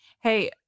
Hey